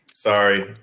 Sorry